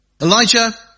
Elijah